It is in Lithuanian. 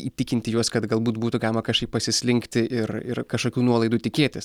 įtikinti juos kad galbūt būtų galima kažkaip pasislinkti ir ir kažkokių nuolaidų tikėtis